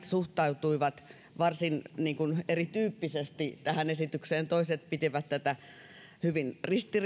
suhtautuivat varsin eri tyyppisesti tähän esitykseen toiset pitivät tätä hyvin